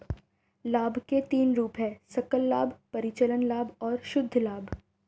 लाभ के तीन रूप हैं सकल लाभ, परिचालन लाभ और शुद्ध लाभ